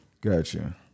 gotcha